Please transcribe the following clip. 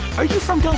are you from.